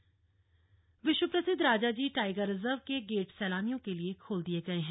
राजाजी टाईग रिजर्व विश्व प्रसिद्ध राजाजी टाइगर रिजर्व के गेट सैलानियों के लिए खोल दिये गए हैं